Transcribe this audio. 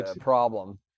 problem